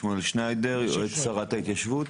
שמואל שניידר, יועץ שרת ההתיישבות.